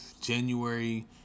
January